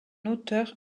auteur